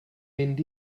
mynd